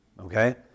okay